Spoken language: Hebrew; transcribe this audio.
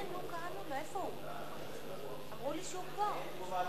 אין תגובת